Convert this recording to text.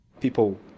People